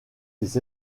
des